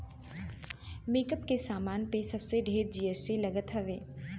makeup के सामान पे सबसे ढेर जी.एस.टी लागल हवे